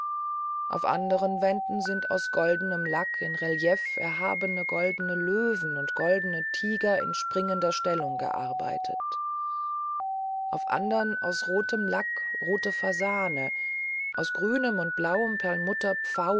auf andern wänden sind aus goldenem lack in relief erhabene goldene löwen und goldene tiger in springenden stellungen gearbeitet auf andern aus rotem lack rote fasanen aus grünem und blauem perlmutter